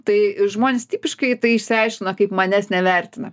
tai žmonės tipiškai tai išsiaiškina kaip manęs nevertina